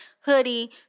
hoodie